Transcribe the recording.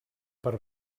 per